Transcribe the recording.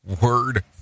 Word